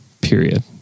period